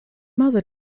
mother